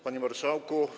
Panie Marszałku!